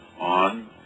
on